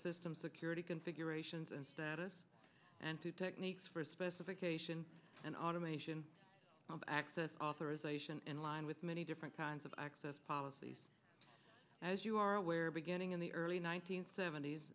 system security configurations and status and to techniques for specification and automation access authorization in line with many different kinds of access policies as you are aware beginning in the early one nine hundred sevent